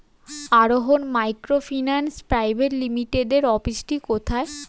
আরোহন microfinance private লিমিটেডের অফিসটি কোথায়?